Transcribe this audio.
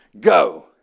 Go